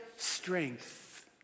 strength